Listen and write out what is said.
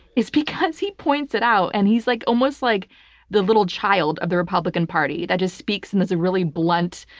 it's because he points it out and he's like almost like the little child of the republican party that just speaks in this really blunt,